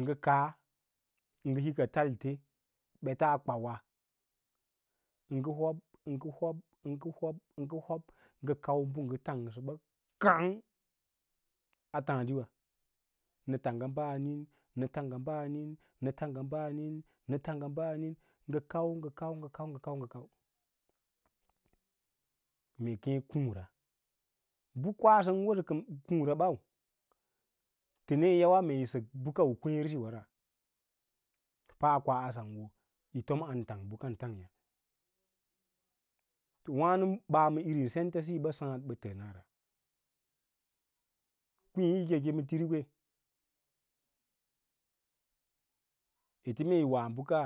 Ngə kaa ə ngə hikaa talte ɓetaa kwauwa ə ngə hob, ə ngə hob, ə ngə lub, ə ngə hoɓ ngə kau bə ngə tangsəɓa kang a tǎǎdi, nə tangga ɓaanin, nə tangga ɓaanin, nə tangga ɓaanin, nə tangga ɓaanin, nə tangga ɓaaniw, nə tangga ɓanin ngə kau ngə kau, ngə kau ngə kau ngəkau mee keẽ kǔǔra, bə kwasə ən wosə kǔǔra ɓau tənee yi yawaa yi sək bəka u kveẽresiwara paa kwa asa wo yí tom am tang bəkan tangya, wa’na ɓaa ma irím sentasiyi sǎǎd ɓə təənara kwiĩ yi keke ma tini kwe ete mee yí wa bəka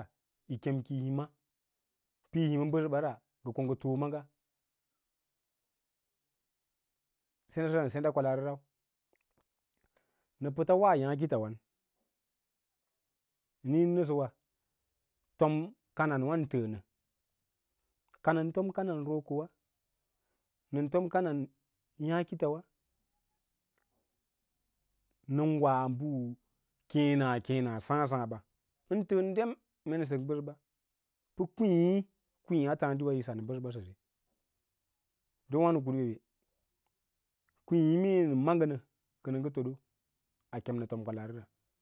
yi kem ki yi hima pəyi hima bəsəɓa ngə ko ngə toonaaga senda səra ndə senda kwalaari rau, nə pəts wa yaãkitswan niĩna nəsəwa fom koɗang wa’ ən təənə ka nən tom kaɗang roko wa nən tom kadang yaãkigwa nən wa mbu keẽna keẽna sǎǎ saã ɓa ən təə dem mee nəsək mbəsəɓa pə kwiĩ, kwiĩyá tǎǎɗiwa yə sə nə bəsa ɓa saye don wâno nə kuda ɓeɓe, kwiĩ mee nə ma ngənə kə nə ngə fodo a kem nə fom kwalaarera.